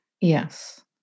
Yes